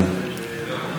אז אני רוצה לומר לכם,